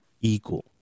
equal